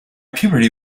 puberty